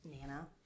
Nana